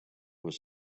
was